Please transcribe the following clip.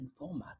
formats